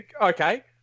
okay